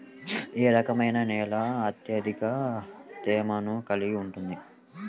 ఏ రకమైన నేల అత్యధిక తేమను కలిగి ఉంటుంది?